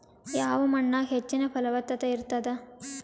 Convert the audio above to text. ಯಾವ ಮಣ್ಣಾಗ ಹೆಚ್ಚಿನ ಫಲವತ್ತತ ಇರತ್ತಾದ?